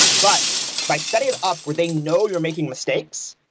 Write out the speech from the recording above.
but by setting and up where they know you're making mistakes,